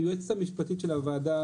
היועצת המשפטית של הועדה,